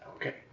Okay